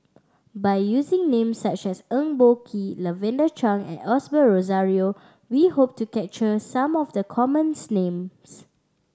by using names such as Eng Boh Kee Lavender Chang and Osbert Rozario we hope to capture some of the common names